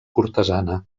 cortesana